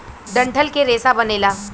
डंठल के रेसा बनेला